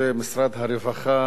ומשרד הרווחה